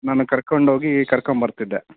ನಾನು ಕರ್ಕೊಂಡೋಗಿ ಕರ್ಕೊಂಬರ್ತಿದ್ದೆ